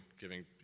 giving